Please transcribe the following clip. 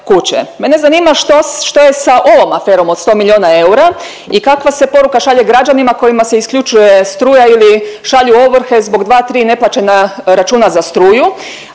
Mene zanima što je sa ovom aferom od 100 miliona eura i kakva se poruka šalje građanima kojima se isključuje struja ili šalju ovrhe zbog dva, tri neplaćena računa za struju,